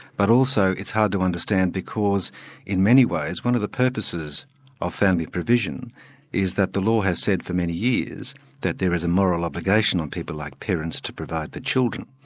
but also it's hard to understand because in many ways one of the purposes of family provision is that the law has said for many years that there is a moral obligation on people like parents to provide for children.